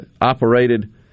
operated